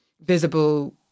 visible